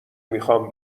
میخوام